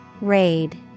Raid